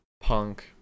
punk